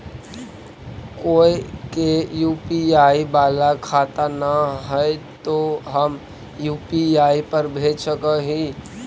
कोय के यु.पी.आई बाला खाता न है तो हम यु.पी.आई पर भेज सक ही?